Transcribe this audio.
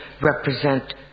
represent